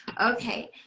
Okay